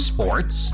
Sports